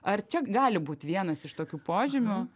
ar čia gali būt vienas iš tokių požymių